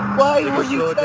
why were you